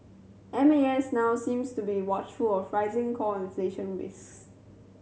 M A S now seems to be watchful of rising core inflation risks